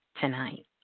tonight